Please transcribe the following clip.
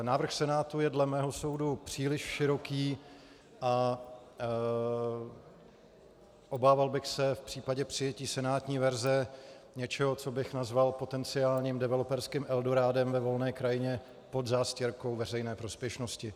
Návrh Senátu je dle mého soudu příliš široký a obával bych se v případě přijetí senátní verze něčeho, co bych nazval potenciálním developerským eldorádem ve volné krajině pod zástěrkou veřejné prospěšnosti.